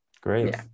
Great